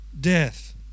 death